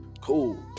Cool